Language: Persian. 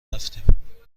رفتیم